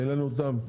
שהעלינו אותם.